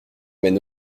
mène